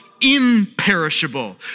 imperishable